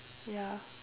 ya